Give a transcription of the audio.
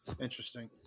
Interesting